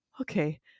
okay